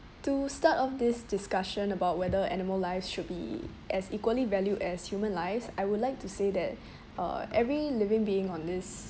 to start off this discussion about whether animal lives should be as equally valued as human lives I would like to say that uh every living being on this